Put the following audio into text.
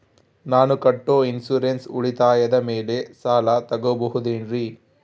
ನಾನು ಕಟ್ಟೊ ಇನ್ಸೂರೆನ್ಸ್ ಉಳಿತಾಯದ ಮೇಲೆ ಸಾಲ ತಗೋಬಹುದೇನ್ರಿ?